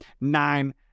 nine